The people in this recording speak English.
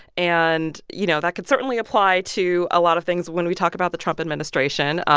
and, you know, that could certainly apply to a lot of things when we talk about the trump administration.